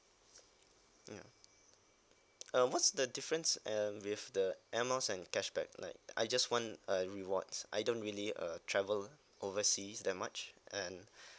mm uh what's the difference and with the Air Miles and cashback like I just want uh rewards I don't really uh travel overseas that much and